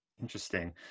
Interesting